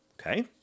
Okay